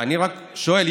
אני רק שואל.